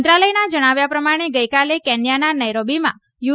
મંત્રાલયના જણાવ્યા પ્રમાણે ગઇકાલે કેન્યાના નેરોબીમાં યુ